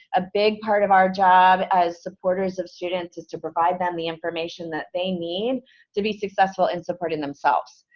a big part of our job as supporters of students is to provide them the information that they need to be successful in supporting themselves.